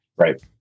Right